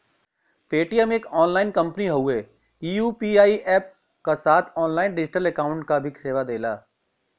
Paytm एक online company हउवे ई यू.पी.आई अप्प क साथ ऑनलाइन डिजिटल अकाउंट क भी सेवा देला